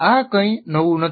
આ કંઈ નવું નથી